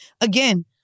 again